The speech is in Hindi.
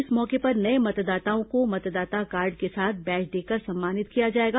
इस मौके पर नये मतदाताओं को मतदाता कार्ड के साथ बैज देकर सम्मानित किया जाएगा